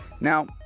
Now